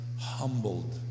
humbled